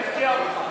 אני אפתיע אותך.